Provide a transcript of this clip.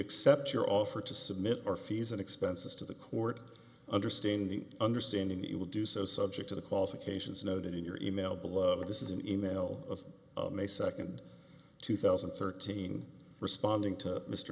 accept your offer to submit our fees and expenses to the court understanding understanding it will do so subject to the qualifications noted in your email below but this is an email of may second two thousand and thirteen responding to mr